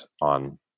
on